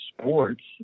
sports